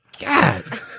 God